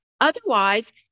Otherwise